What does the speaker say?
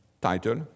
title